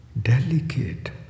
Delicate